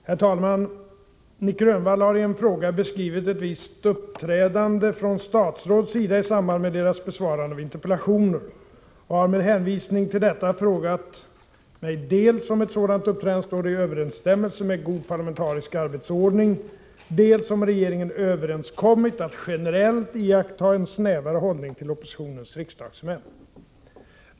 Herr talman! Nic Grönvall har i en fråga beskrivit ett visst uppträdande från statsråds sida i samband med deras besvarande av interpellationer och har med hänvisning till detta frågat mig dels om ett sådant uppträdande står i överensstämmelse med god parlamentarisk arbetsordning, dels om regeringen överenskommit att generellt iaktta en snävare hållning till oppositionens riksdagsmän.